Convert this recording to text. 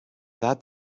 that